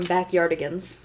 Backyardigans